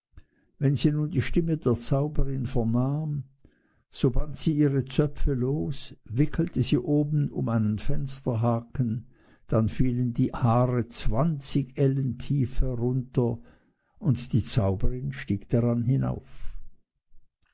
wenn sie nun die stimme der zauberin vernahm so band sie ihre zöpfe los wickelte sie oben um einen fensterhaken und dann fielen die haare zwanzig ellen tief herunter und die zauberin stieg daran hinauf